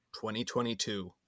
2022